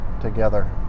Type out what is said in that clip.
together